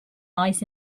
lies